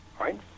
Right